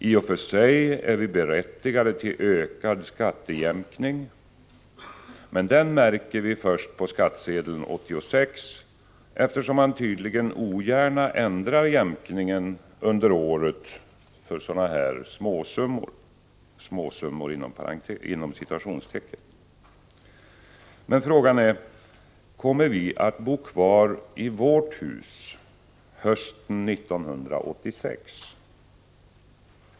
I och för sig är vi berättigade till ökad skattejämkning men den märker vi av först på skattesedeln 86 eftersom man tydligen ogärna ändrar jämkningen under året för dessa småsummor”. Men frågan är, kommer vi att bo kvar i ”vårt” hus hösten 86??